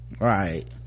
right